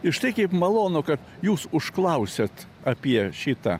ir štai kaip malonu kad jūs užklausėt apie šitą